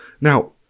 Now